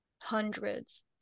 hundreds